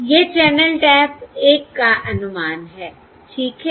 यह channel type 1 का अनुमान है ठीक है